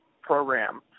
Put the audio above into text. program